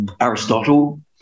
Aristotle